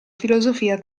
filosofia